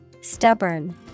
Stubborn